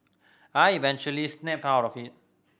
I eventually snapped out of it